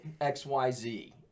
XYZ